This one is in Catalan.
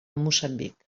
moçambic